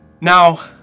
Now